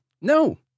no